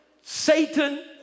Satan